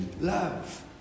love